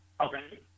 okay